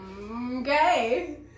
Okay